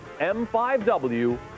M5W